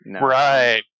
Right